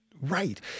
Right